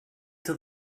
till